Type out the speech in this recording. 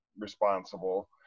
responsible